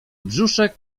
brzuszek